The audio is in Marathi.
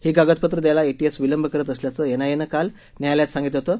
ही कागदपत्र द्यायला एटीएस विलंब करत असल्याचं एनआयएनं काल न्यायालयाला सांगितलं होतं